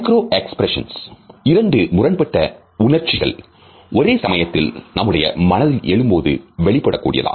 micro expressions இரண்டு முரண்பட்ட உணர்ச்சிகள் ஒரே சமயத்தில் நம்முடைய மனதில் எழும்போது வெளிப்படக் கூடியது